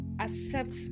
accept